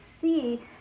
see